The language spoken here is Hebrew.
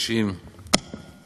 חברים,